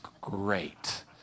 great